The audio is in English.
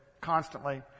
constantly